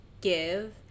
give